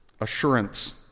Assurance